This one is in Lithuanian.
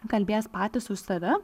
kalbės patys už save